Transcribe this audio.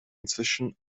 inzwischen